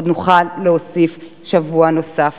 עוד נוכל להוסיף שבוע נוסף.